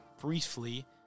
briefly